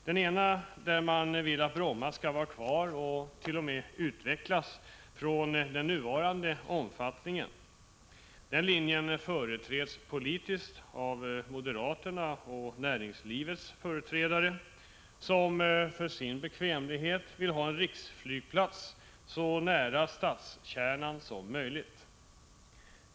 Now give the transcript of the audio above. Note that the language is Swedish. Den ena vill att Bromma skall vara kvar och t.o.m. utvecklas från den nuvarande omfattningen. Denna linje företräds politiskt av moderaterna och näringslivets företrädare, som för sin bekvämlighet vill ha en riksflygplats så nära stadskärnan som möjligt.